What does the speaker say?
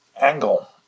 angle